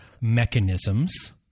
mechanisms